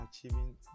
achieving